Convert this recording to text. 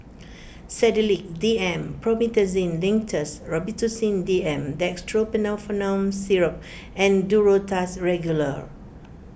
Sedilix D M Promethazine Linctus Robitussin D M Dextromethorphan Syrup and Duro Tuss Regular